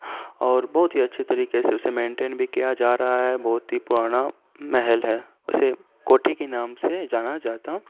اور بہت ہی اچھے طریقے سے اسے مینٹین بھی کیا جا رہا ہے بہت ہی پرانا محل ہے اسے کوٹھی کے نام سے جانا جاتا